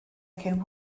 cyn